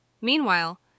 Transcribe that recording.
Meanwhile